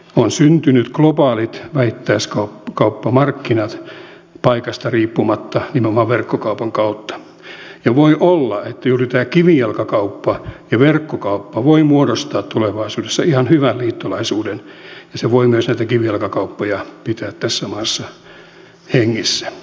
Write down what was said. on syntynyt globaalit vähittäiskauppamarkkinat paikasta riippumatta nimenomaan verkkokaupan kautta ja voi olla että juuri kivijalkakauppa ja verkkokauppa voivat muodostaa tulevaisuudessa ihan hyvän liittolaisuuden ja se voi myös näitä kivijalkakauppoja pitää tässä maassa hengissä